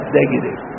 negative